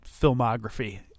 filmography